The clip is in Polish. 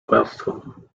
warstwą